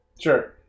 Sure